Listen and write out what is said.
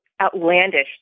outlandish